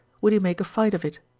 would he make a fight of it?